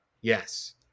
Yes